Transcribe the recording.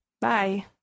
Bye